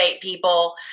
people